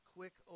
quick